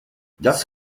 das